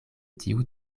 tiu